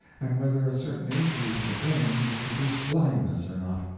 and whether a certain injury to the brain would produce blindness or not,